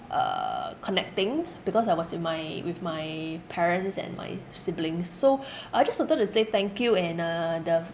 uh connecting because I was with my with my parents and my siblings so I just wanted to say thank you and uh the